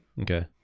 Okay